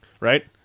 Right